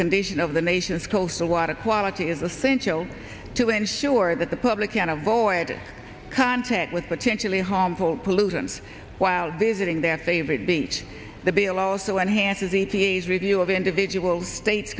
condition of the nation's calls the water quality is essential to ensure that the public can avoid contact with potentially harmful pollutants while visiting their favorite beach the bill also enhances e t a s review of individual states